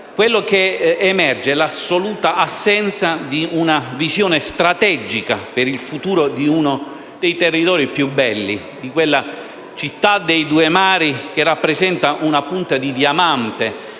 cosa più grave è l'assoluta assenza di una visione strategica per il futuro di uno dei territori più belli, della città dei due mari, che rappresenta una punta di diamante